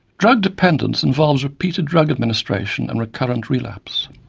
drug dependence involves repeated drug administration and recurrent relapse.